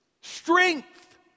Strength